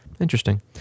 Interesting